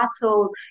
battles